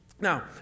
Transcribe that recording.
Now